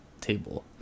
table